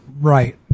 Right